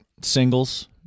singles